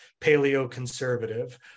paleo-conservative